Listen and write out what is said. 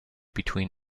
between